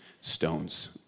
stones